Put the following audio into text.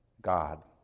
God